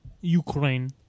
Ukraine